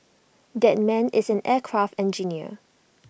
that man is an aircraft engineer